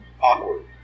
awkward